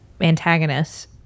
antagonists